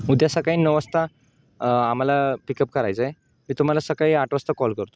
उद्या सकाळी नऊ वाजता आम्हाला पिकअप करायचं आहे मी तुम्हाला सकाळी आठ वाजता कॉल करतो